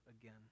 again